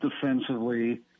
defensively